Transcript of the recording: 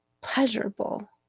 pleasurable